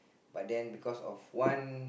but then because of one